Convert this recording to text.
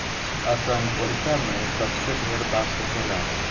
असम, ओडिसा मे सबसे ढेर बांस होखेला